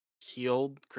healed